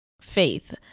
Faith